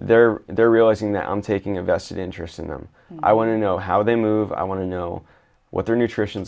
they're they're realizing that i'm taking a vested interest in them i want to know how they move i want to know what their nutrition is